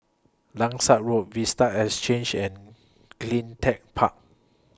Langsat Road Vista Exhange and CleanTech Park